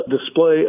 display